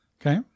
Okay